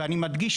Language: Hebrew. ואני שוב מדגיש,